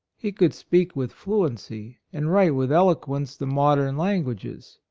he could speak with fluency, and write with elegance, the modern languages,